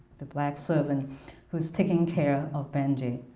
the black servant who's taking care of benjy.